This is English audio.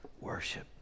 worship